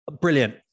brilliant